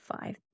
five